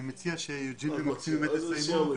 אני מציע שיוג'ין ומקסין יסיימו.